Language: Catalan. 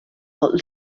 molt